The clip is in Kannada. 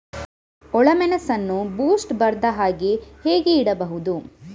ಒಳ್ಳೆಮೆಣಸನ್ನು ಬೂಸ್ಟ್ ಬರ್ದಹಾಗೆ ಹೇಗೆ ಇಡಬಹುದು?